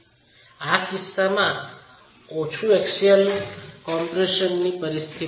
આ કિસ્સામાં નીચા એક્સિયલ કમ્પ્રેશન પરિસ્થિતિની તપાસ થાય છે